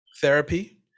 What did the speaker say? therapy